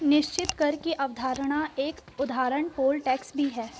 निश्चित कर की अवधारणा का एक उदाहरण पोल टैक्स भी है